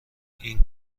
این